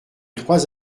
trois